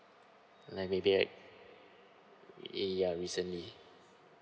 mm ya recently